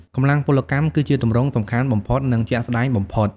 កម្លាំងពលកម្ម គឺជាទម្រង់សំខាន់បំផុត និងជាក់ស្តែងបំផុត។